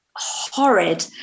horrid